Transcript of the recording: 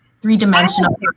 three-dimensional